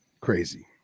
Crazy